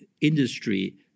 industry